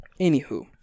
anywho